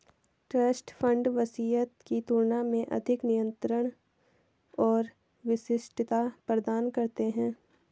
trust fund वसीयत की तुलना में अधिक नियंत्रण और विशिष्टता प्रदान करते हैं